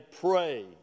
pray